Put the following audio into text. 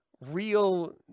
real